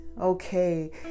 okay